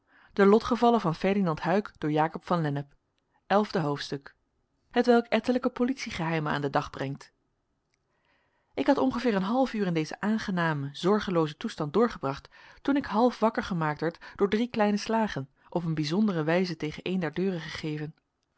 elfde hoofdstuk hetwelk ettelijke politie geheimen aan den dag brengt ik had ongeveer een half uur in dezen aangenamen zorgeloozen toestand doorgebracht toen ik half wakker gemaakt werd door drie kleine slagen op een bijzondere wijze tegen eene der deuren gegeven